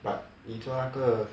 but 你做那个